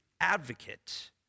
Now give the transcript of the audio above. Advocate